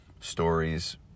stories